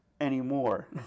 anymore